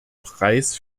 preis